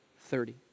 thirty